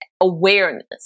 awareness